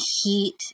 heat